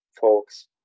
folks